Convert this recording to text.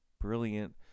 brilliant